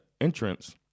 entrance